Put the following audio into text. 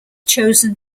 chosen